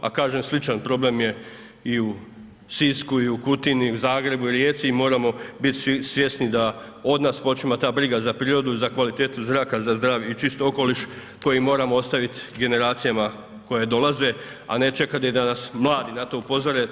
A kažem sličan problem je i u Sisku i u Kutini, u Zagrebu i Rijeci i moramo biti svi svjesni da od nas počinje ta briga za prirodu i za kvalitetu zraka za zdravi i čisti okoliš koji moramo ostaviti generacijama koje dolaze a ne čekati da nas mladi na to upozore.